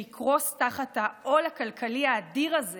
שיקרוס תחת העול הכלכלי האדיר הזה